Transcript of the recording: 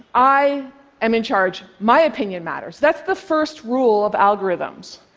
i am in charge. my opinion matters. that's the first rule of algorithms.